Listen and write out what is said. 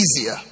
easier